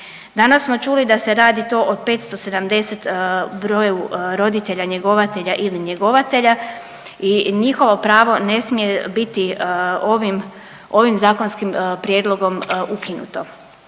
Danas smo čuli da se radi to od 570 broju roditelja njegovatelja ili njegovatelja i njihovo pravo ne smije biti ovim zakonskim prijedlogom ukinuto.